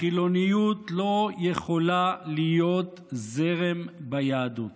החילוניות לא יכולה להיות זרם ביהדות,